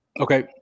Okay